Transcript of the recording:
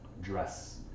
dress